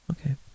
Okay